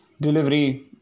delivery